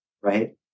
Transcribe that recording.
right